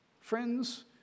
Friends